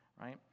right